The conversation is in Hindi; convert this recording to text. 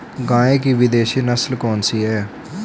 गाय की विदेशी नस्ल कौन सी है?